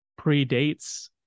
predates